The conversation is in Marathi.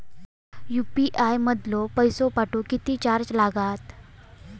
यू.पी.आय मधलो पैसो पाठवुक किती चार्ज लागात?